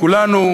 כולנו